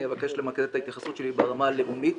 אני אבקש למקד את ההתייחסות שלי ברמה הלאומית